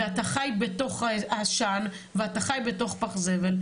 ואתה חי בתוך העשן ואתה חי בתוך פח זבל,